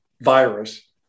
virus